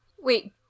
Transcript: Wait